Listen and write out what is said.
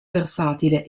versatile